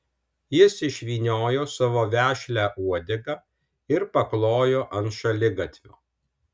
jis išvyniojo savo vešlią uodegą ir paklojo ant šaligatvio